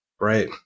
Right